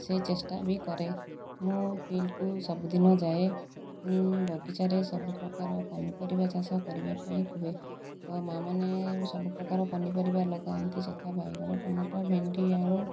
ସେ ଚେଷ୍ଟା ବି କରେ ମୁଁ ଫିଲ୍ଡକୁ ସବୁଦିନ ଯାଏ ମୁଁ ବଗିଚାରେ ସବୁପ୍ରକାର ପନିପରିବା ଚାଷ କରିବା ପାଇଁ କୁହେ ତ ମାଆମାନେ ସବୁ ପ୍ରକାର ପନିପରିବା ଲଗାନ୍ତି ଯଥା ବାଇଗଣ ଟମାଟୋ ଭେଣ୍ଡି ଆଳୁ